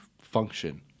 function